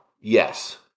Yes